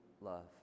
love